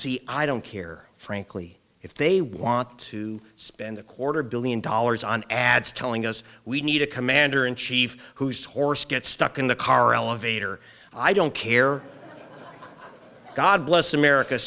see i don't care frankly if they want to spend a quarter billion dollars on ads telling us we need a commander in chief whose horse gets stuck in the car elevator i don't care god bless america